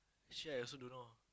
actually I also don't know